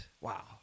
Wow